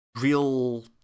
real